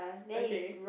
okay